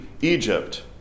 Egypt